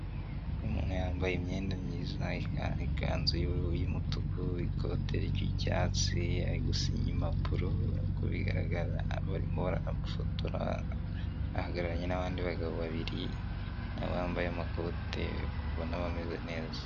Umuntu yambaye imyenda myiza, ikanzu y'umutuku, ikoti ry'icyatsi ari gusinya impapuro nk'uko bigaragara, aho barimo baranamufotora, ahagararanye n'abandi bagabo babiri nabo bambaye amakoti, ubona bameze neza.